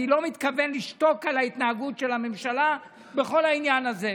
אני לא מתכוון לשתוק על ההתנהגות של הממשלה בכל העניין הזה.